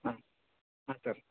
ಹಾಂ ಹಾಂ ಸರ್